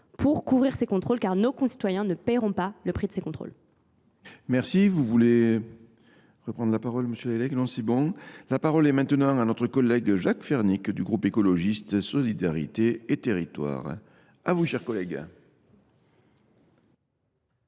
pour couvrir ces contrôles car nos concitoyens ne payeront pas le prix de ces contrôles. Merci. Vous voulez reprendre la parole, M. Lelec ? Non, c'est bon. La parole est maintenant à notre collègue Jacques Fernic du groupe écologiste Solidarité et territoire. À vous, chers collègues.